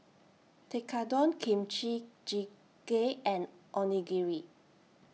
Tekkadon Kimchi Jjigae and Onigiri